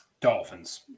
Dolphins